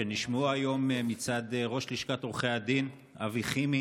שנשמעו היום מצד ראש לשכת עורכי הדין אבי חימי.